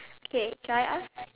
okay should I ask